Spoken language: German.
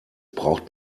braucht